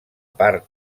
part